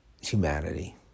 humanity